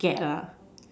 get